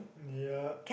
yeap